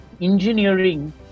engineering